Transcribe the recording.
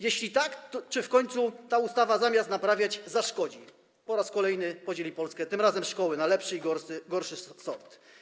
Jeśli tak, to czy w końcu ta ustawa zamiast naprawiać, zaszkodzi, po raz kolejny podzieli Polskę, tym razem szkoły, na lepszy i gorszy sort?